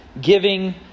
giving